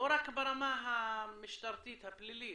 לא רק ברמה המשטרתית הפלילית,